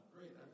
Great